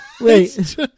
Wait